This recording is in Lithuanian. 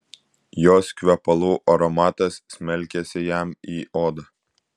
jos kvepalų aromatas smelkėsi jam į odą